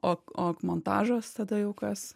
o o montažas tada jau kas